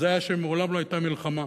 וזה שמעולם לא היתה בהן מלחמה.